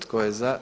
Tko je za?